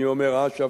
אני אומר אש"ף,